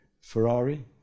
Ferrari